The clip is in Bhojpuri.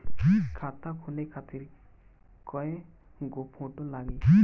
खाता खोले खातिर कय गो फोटो लागी?